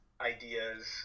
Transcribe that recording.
ideas